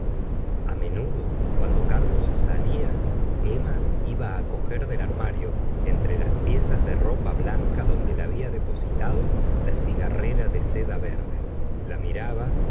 a menudo cuando carlos salía emma iba cojer del armario entre las piezas de ropa blanca donde la había depositado la cigarrera de seda verde la miraba